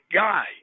guy